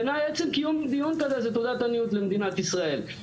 בעיניי עצם קיום דיון כזה זו תעודת עניות למדינת ישראל.